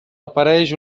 apareix